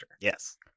Yes